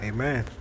Amen